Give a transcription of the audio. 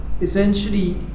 essentially